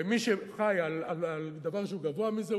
ומי שחי על דבר גבוה מזה,